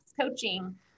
coaching